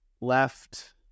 left